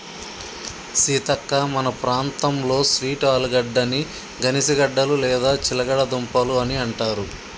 సీతక్క మన ప్రాంతంలో స్వీట్ ఆలుగడ్డని గనిసగడ్డలు లేదా చిలగడ దుంపలు అని అంటారు